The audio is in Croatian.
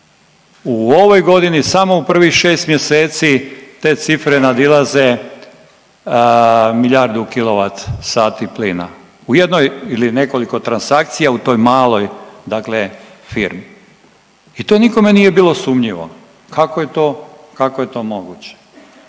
U ovoj godini samo u prvih šest mjeseci te cifre nadilaze milijardu kilowatsati plina, u jednoj ili nekoliko transakcija u toj maloj firmi. I to nikome nije bilo sumnjivo? Kako je to moguće?